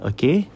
Okay